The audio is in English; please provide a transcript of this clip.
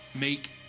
make